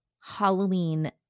Halloween